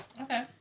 Okay